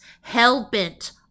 hell-bent